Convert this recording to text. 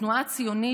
התנועה הציונית,